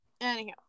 anyhow